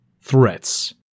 Threats